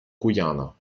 guyana